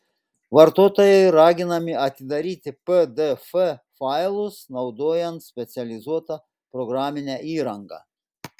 vartotojai raginami atidaryti pdf failus naudojant specializuotą programinę įrangą